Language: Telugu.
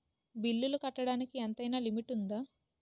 బిల్లులు కట్టడానికి ఎంతైనా లిమిట్ఉందా?